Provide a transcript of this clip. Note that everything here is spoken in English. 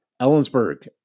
Ellensburg